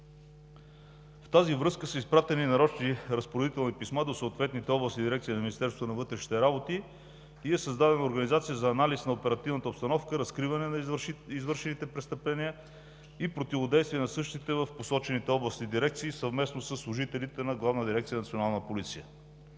В тази връзка са изпратени нарочни разпоредителни писма до съответните областни дирекции на Министерството на вътрешните работи и е създадена организация за анализ на оперативната обстановка, разкриване на извършените престъпления и противодействие на същите в посочените областни дирекции, съвместно със служителите на Главна